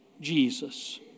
Jesus